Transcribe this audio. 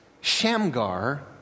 Shamgar